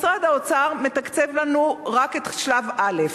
משרד האוצר מתקצב לנו רק את שלב א',